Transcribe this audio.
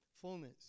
Fullness